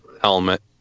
helmet